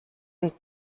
und